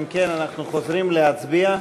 אנחנו חוזרים להצביע.